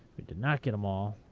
we did not get them all.